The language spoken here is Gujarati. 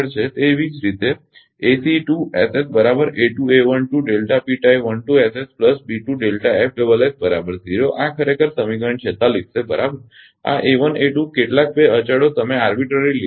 એ જ રીતે આ ખરેખર સમીકરણ 46 છે બરાબર આ કેટલાક બે અચળો તમે આરબીટ્રરી લીધા છે ખરુ ને